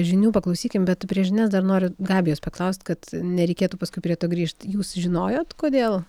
žinių paklausykim bet prieš žinias dar noriu gabijos paklaust kad nereikėtų paskui prie to grįžt jūs žinojot kodėl